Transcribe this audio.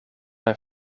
een